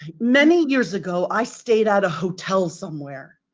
many years ago i stayed at a hotel somewhere.